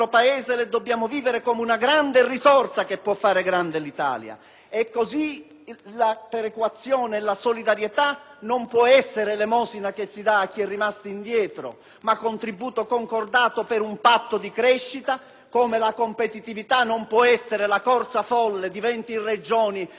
la perequazione e la solidarietà non possono essere elemosina che si dà a chi è rimasto indietro, ma contributo concordato per un patto di crescita; allo stesso modo la competitività non può essere la corsa folle di 20 Regioni e di alcune migliaia di Comuni che non hanno le stesse capacità, e rischiano di far deragliare tutto il convoglio